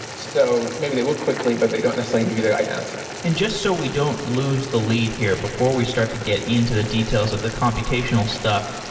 so maybe they will quickly, but they don't necessarily give you the right answer. and just so we don't lose the lead here before we start to get into the details of the computational stuff,